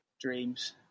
Dreams